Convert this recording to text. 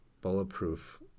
bulletproof